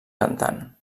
cantant